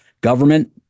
government